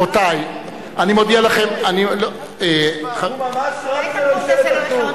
הוא ממש רץ לממשלת אחדות.